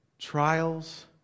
Trials